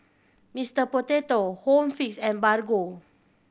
Mister Potato Home Fix and Bargo